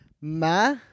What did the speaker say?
ma